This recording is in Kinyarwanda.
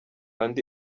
andi